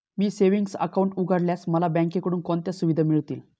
मी savings account उघडल्यास मला बँकेकडून कोणत्या सुविधा मिळतील?